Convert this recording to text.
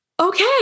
Okay